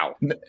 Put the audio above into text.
Wow